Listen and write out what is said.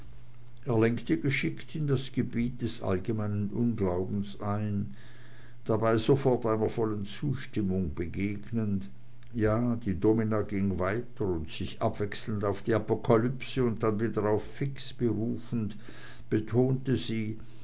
lenkte geschickt in das gebiet des allgemeinen unglaubens ein dabei sofort einer vollen zustimmung begegnend ja die domina ging weiter und sich abwechselnd auf die apokalypse und dann wieder auf fix berufend betonte sie